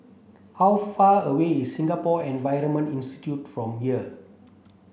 how far away is Singapore Environment Institute from here